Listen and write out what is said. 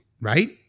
right